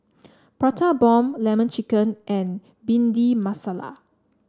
Prata Bomb lemon chicken and Bhindi Masala